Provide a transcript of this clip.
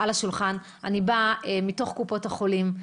שאני באה מתוך קופות החולים.